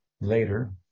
later